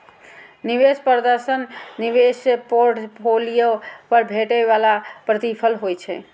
निवेश प्रदर्शन निवेश पोर्टफोलियो पर भेटै बला प्रतिफल होइ छै